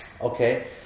okay